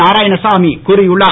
நாராயணசாமி கூறியுள்ளார்